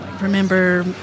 remember